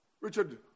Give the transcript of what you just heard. Richard